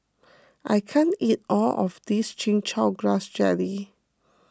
I can't eat all of this Chin Chow Grass Jelly